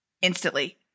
instantly